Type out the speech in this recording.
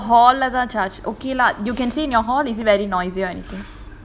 oh hall lah தான்:thaan charge okay lah you can stay in your hall is it very noisy or anything